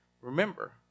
Remember